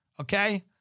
Okay